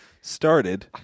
started